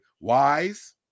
Wise